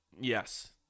Yes